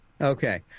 okay